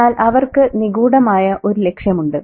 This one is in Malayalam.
എന്നാൽ അവർക്ക് നിഗൂഢമായ ഒരു ലക്ഷ്യമുണ്ട്